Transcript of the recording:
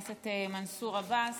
תודה רבה, חבר הכנסת מנסור עבאס.